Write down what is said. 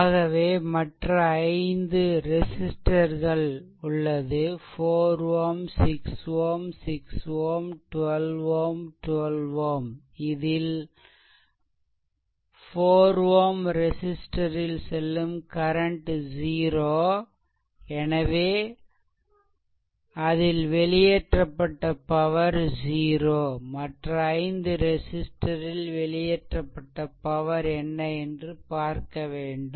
ஆகவே மற்ற 5 ரெசிஸ்ட்டர்கள் உள்ளது 4 Ω 6 Ω 6 Ω 12 Ω 12 Ω இதில் 4 Ω ரெசிஸ்ட்டர் ல் செல்லும் கரண்ட் 0 எனவே அதில் வெளியேற்றப்பட்ட பவர் 0 மற்ற ஐந்து ரெசிஸ்ட்டரில் வெளியேற்றப்பட்ட பவர் என்ன என்று பார்க்க வேண்டும்